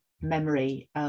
memory